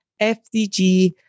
FDG